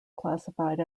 classified